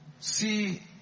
see